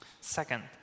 Second